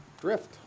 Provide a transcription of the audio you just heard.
drift